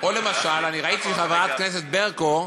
או למשל, אני ראיתי, חברת הכנסת ברקו,